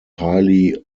highly